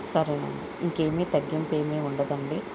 సరే నండి ఇంకేమీ తగ్గింపేమి ఉండదండి